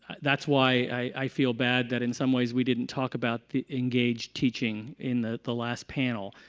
that's why i feel bad that in some ways we didn't talk about the engaged teaching in the the last panel.